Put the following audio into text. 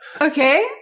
Okay